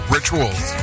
Rituals